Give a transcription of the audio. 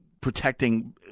protecting